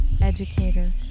educator